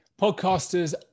Podcasters